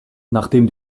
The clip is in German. nachdem